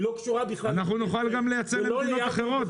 היא לא קשורה בכלל -- נוכל גם לייצר למדינות אחרות.